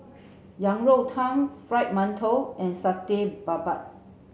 Yang Rou Tang Fried Mantou and Satay Babat